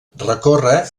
recorre